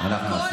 זה גם וגם.